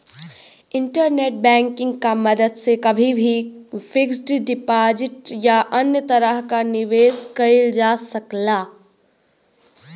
internet banking क मदद से कभी भी फिक्स्ड डिपाजिट या अन्य तरह क निवेश कइल जा सकल जाला